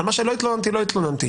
על מה שלא התלוננתי, לא התלוננתי.